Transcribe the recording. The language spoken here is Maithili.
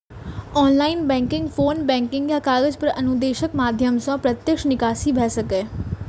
ऑनलाइन बैंकिंग, फोन बैंकिंग या कागज पर अनुदेशक माध्यम सं प्रत्यक्ष निकासी भए सकैए